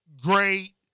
great